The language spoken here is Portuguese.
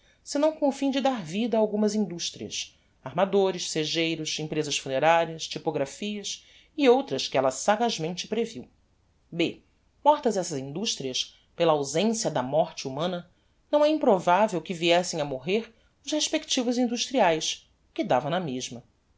morte senão com o fim de dar vida a algumas industrias armadores segeiros emprezas funerarias typographias e outras que ella sagazmente previu b mortas essas industrias pela ausencia da morte humana não é improvavel que viessem a morrer os respectivos industriaes o que dava na mesma